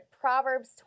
Proverbs